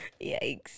yikes